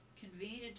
Convened